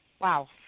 Wow